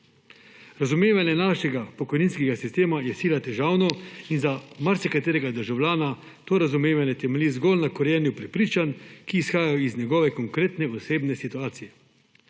Razumevanje našega pokojninskega sistema je sila težavno in za marsikaterega državljana to razumevanje temelji zgolj na krojenju prepričanj, ki izhajajo iz njegove konkretne osebne situacije.